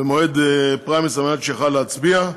במועד פריימריז, כדי שיוכל להצביע,